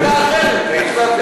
הייתי בהפגנה אחרת.